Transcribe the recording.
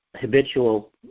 habitual